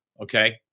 okay